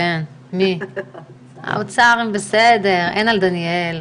און-ליין את מי שפנה כדי לקבל סיוע,